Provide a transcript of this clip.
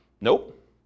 Nope